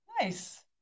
Nice